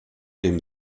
dem